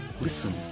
Listen